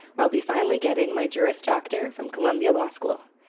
where i'll be finally getting my juris doctor from columbia law school.